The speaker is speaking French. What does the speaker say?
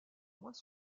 mois